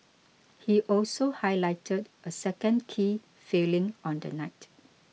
he also highlighted a second key failing on the night